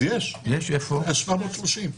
יש, 730 שקל.